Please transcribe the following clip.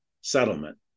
settlement